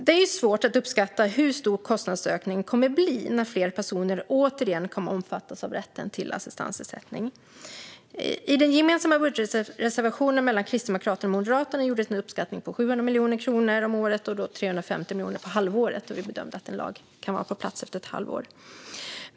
Det är svårt att uppskatta hur stor kostnadsökningen blir när fler personer återigen kommer att omfattas av rätten till assistansersättning. I Kristdemokraternas och Moderaternas gemensamma budgetreservation gjordes en uppskattning på 700 miljoner kronor om året och 350 miljoner för halvåret. Vi bedömde att en lag kan vara på plats efter ett halvår.